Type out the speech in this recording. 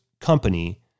company